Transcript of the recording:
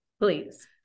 please